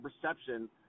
perception